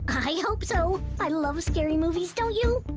i hope so, i love scary movies. don't you? ah,